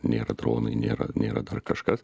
nėra dronai nėra nėra dar kažkas